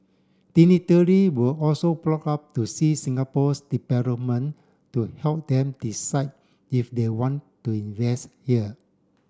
were also brought up to see Singapore's development to help them decide if they want to invest here